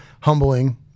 humbling